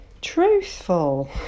Truthful